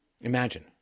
Imagine